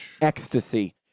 Ecstasy